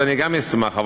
אני אשמח.